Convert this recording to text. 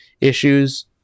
issues